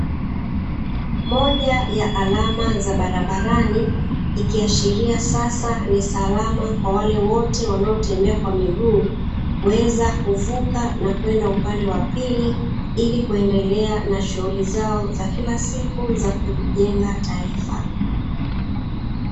Moja ya alama za barabarani, ikiashiria sasa ni salama kwa wale wote wanaotembea kwa miguu, kuweza kuvuka na kwenda upande wa pili ili kuendelea na shughuli zao za kila siku za kulijenga taifa.